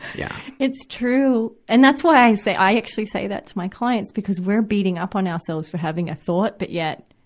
yeah. dr. it's true. and that's why i say, i actually say that to my clients, because we're beating up on ourselves for having a thought. but yet,